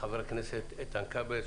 חבר הכנסת איתן כבל,